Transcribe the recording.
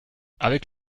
avec